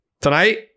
Tonight